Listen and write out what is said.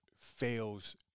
fails